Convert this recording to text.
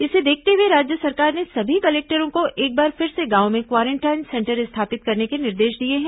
इसे देखते हए राज्य सरकार ने सभी कलेक्टरों को एक बार फिर से गांवों में क्वारेंटाइन सेंटर स्थापित करने के निर्देश दिए हैं